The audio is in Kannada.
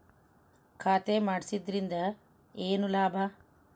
ಖಾತೆ ಮಾಡಿಸಿದ್ದರಿಂದ ಏನು ಲಾಭ?